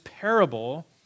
parable